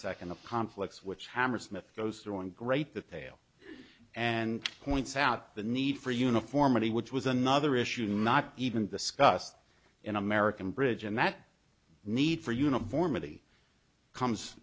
second of conflicts which hammersmith goes through in great that they'll and points out the need for uniformity which was another issue not even discussed in american bridge and that need for uniformity comes